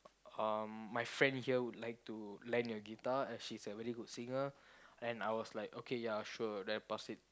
uh my friend here would like to lend your guitar and she's a very good singer and I was like okay ya sure then I pass it